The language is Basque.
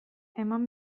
eman